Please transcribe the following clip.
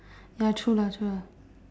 ya true lah true lah